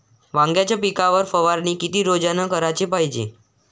वांग्याच्या पिकावर फवारनी किती रोजानं कराच पायजे?